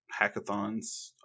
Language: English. hackathons